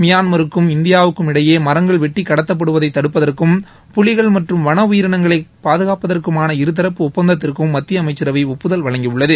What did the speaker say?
மியான்மருக்கும் இந்தியாவுக்கும் இடையே மரங்கள் வெட்டிக் கடத்தப்படுவதை தடுப்பதற்கும் புலிகள் மற்றும் வன உயிரினங்களை பாதுகாப்பதற்குமான இருதரப்பு ஒப்பந்தத்திற்கும் மத்திய அமைச்சரவை ஒப்புதல் வழங்கியுள்ளது